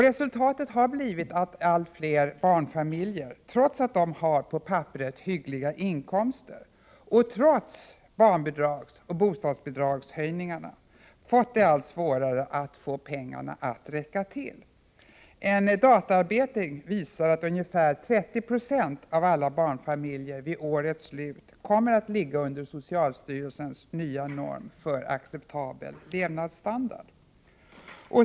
Resultatet har blivit att allt fler barnfamiljer, trots att de på papperet har hyggliga inkomster och trots barnbidragsoch bostadsbidragshöjningarna, fått det allt svårare att få pengarna att räcka till. En databearbetning visar att ungefär 30 70 av alla barnfamiljer vid årets slut kommer att ligga under socialstyrelsens nya norm för acceptabel levnadsstandard.